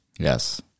Yes